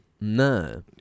No